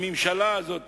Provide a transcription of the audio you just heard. הממשלה הזאת